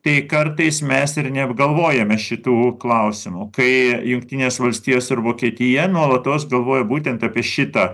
tai kartais mes ir neapgalvojome šitų klausimų kai jungtinės valstijos ir vokietija nuolatos galvoja būtent apie šitą